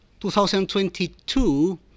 2022